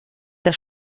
das